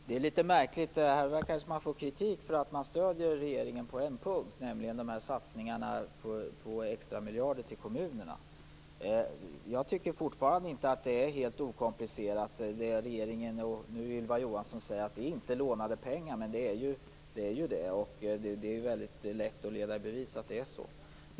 Fru talman! Det här är litet märkligt. Här verkar det som om man får kritik för att man stöder regeringen på en punkt, nämligen satsningarna på extra miljarder till kommunerna. Jag tycker fortfarande inte att det är helt okomplicerat när regeringen och Ylva Johansson nu säger att det inte är lånade pengar. Det är ju det, och det är lätt att leda i bevis att det är så.